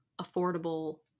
affordable